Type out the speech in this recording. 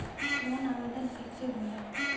Loan आवेदन कैसे होला?